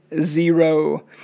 zero